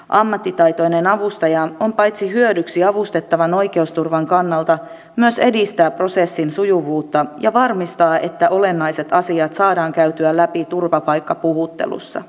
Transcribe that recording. ammattitaitoinen avustaja paitsi on hyödyksi avustettavan oikeusturvan kannalta myös edistää prosessin sujuvuutta ja varmistaa että olennaiset asiat saadaan käytyä läpi turvapaikkapuhuttelussa